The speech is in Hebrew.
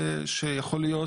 שיכול להיות